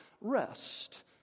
rest